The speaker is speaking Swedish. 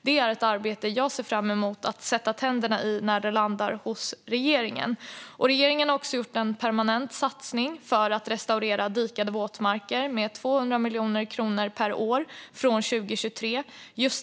Det är ett arbete som jag ser fram emot att sätta tänderna i när det landar hos regeringen. Regeringen har också gjort en permanent satsning för att restaurera dikade våtmarker med 200 miljoner kronor per år från 2023.